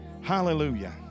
Hallelujah